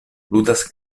ludas